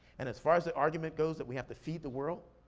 and as far as the argument goes that we have to feed the world,